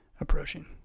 approaching